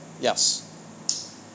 Yes